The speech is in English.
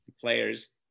players